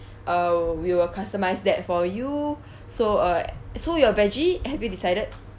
uh we will customise that for you so uh so your veggie have you decided